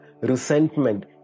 resentment